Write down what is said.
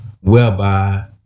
whereby